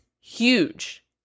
huge